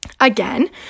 again